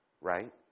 right